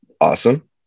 awesome